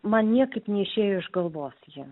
man niekaip neišėjo iš galvos ji